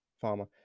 farmer